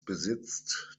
besitzt